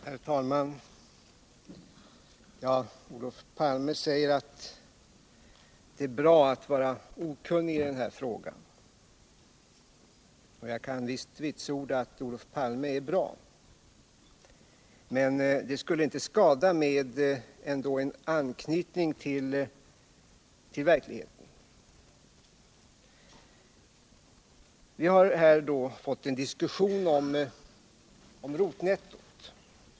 Herr talman! Olof Palme sade att det är bra att vara okunnig i den här frågan, och jag kan visst vitsorda att Olof Palme är bra. Men det skulle ändå inte skada med litet anknytning till verkligheten. Vi har här fått en diskussion om rotnettot.